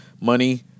money